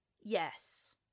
Yes